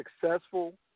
successful